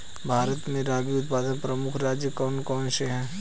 भारत में रागी उत्पादक प्रमुख राज्य कौन कौन से हैं?